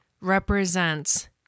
represents